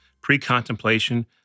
pre-contemplation